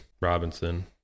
Robinson